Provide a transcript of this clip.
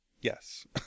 yes